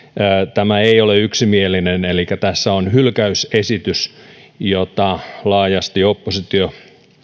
tämä ei ole yksimielinen elikkä tässä on hylkäysesitys jota laajasti oppositio